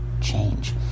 change